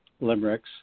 limericks